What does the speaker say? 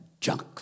junk